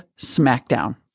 smackdown